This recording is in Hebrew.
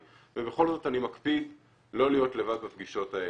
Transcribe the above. ובכל זאת אני מקפיד לא להיות לבד בפגישות האלה.